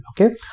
okay